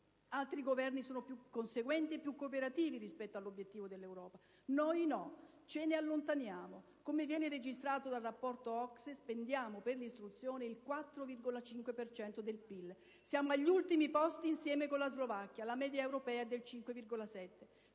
Altri Governi sono più conseguenti e più cooperativi rispetto all'obiettivo dell'Europa; noi no, ce ne allontaniamo. Come viene registrato dal rapporto OCSE, spendiamo per l'istruzione il 4,5 per cento del PIL. Siamo agli ultimi posti, insieme con la Slovacchia: la media europea è del 5,7